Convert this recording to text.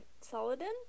Saladin